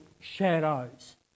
shadows